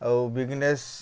ଆଉ ବିଜ୍ନେସ୍